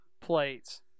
plates